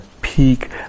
peak